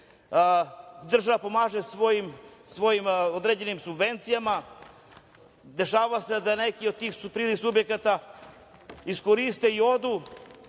država pomaže svojim određenim subvencijama, dešava se da neki od tih privrednih subjekata iskoriste i odu.